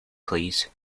please